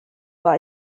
war